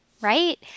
right